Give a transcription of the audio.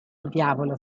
diavolo